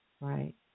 right